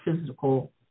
physical